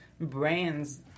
brands